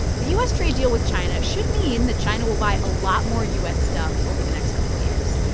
the u s. trade deal with china should mean that china will buy a lot more u s. stuff over the next couple years.